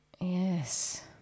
Yes